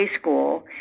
school